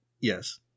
Yes